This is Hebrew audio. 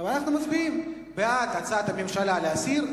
אנחנו מצביעים: בעד, הצעת הממשלה להסיר,